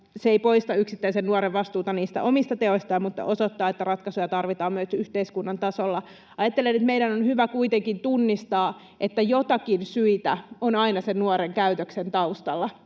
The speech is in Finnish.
Se ei poista yksittäisen nuoren vastuuta omista teoistaan mutta osoittaa, että ratkaisuja tarvitaan myös yhteiskunnan tasolla. Ajattelen, että meidän on hyvä kuitenkin tunnistaa, että joitakin syitä on aina sen nuoren käytöksen taustalla.